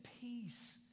peace